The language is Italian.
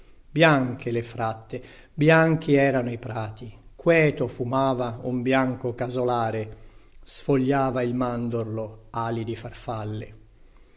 bianche le fratte bianchi erano i prati queto fumava un bianco casolare sfogliava il mandorlo ali di farfalle